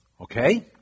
Okay